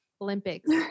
Olympics